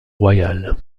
royale